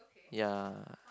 ya